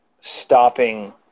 stopping